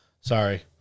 Sorry